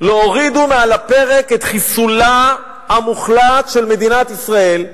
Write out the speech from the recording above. לא הורידו מעל הפרק את חיסולה המוחלט של מדינת ישראל,